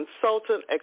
consultant